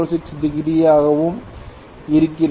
46 degree யாக வும் இருக்கிறது